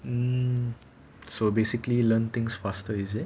um so basically learn things faster is it